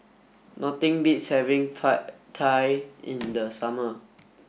nothing beats having Pad Thai in the summer